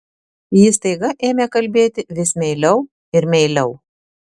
ji staiga ėmė kalbėti vis meiliau ir meiliau